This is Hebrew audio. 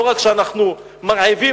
לא רק שאנחנו מרעיבים,